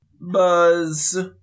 Buzz